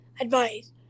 advice